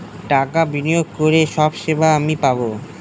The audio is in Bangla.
টাকা বিনিয়োগ করে সব সেবা আমি পাবো